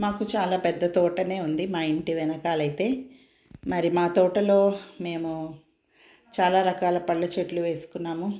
మాకు చాలా పెద్ద తోటనే ఉంది మా ఇంటి వెనకాలైతే మరి మా తోటలో మేము చాలా రకాల పళ్ళ చెట్లు వేసుకున్నాము